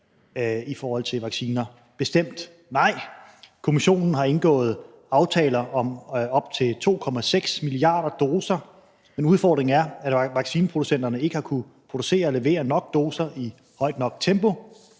levering af vacciner? Bestemt nej. Kommissionen har indgået aftaler om op til 2,6 milliarder doser, men udfordringen er, at vaccineproducenterne ikke har kunnet producere og levere nok doser i højt nok tempo.